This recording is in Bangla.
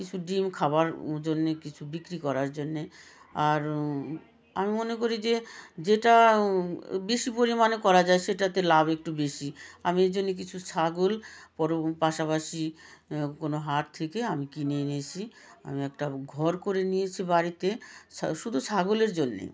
কিছু ডিম খাবার জন্য কিছু বিক্রি করার জন্য আর আমি মনে করি যে যেটা বেশি পরিমাণে করা যায় সেটাতে লাভ একটু বেশি আমি এই জন্য কিছু ছাগল বরং পাশাপাশি কোনো হাট থেকে আমি কিনে এনেছি আমি একটা ঘর করে নিয়েছি বাড়িতে শুধু ছাগলের জন্য